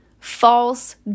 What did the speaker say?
false